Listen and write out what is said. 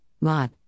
Mott